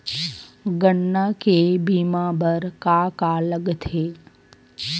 गन्ना के बीमा बर का का लगथे?